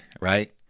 Right